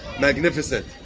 magnificent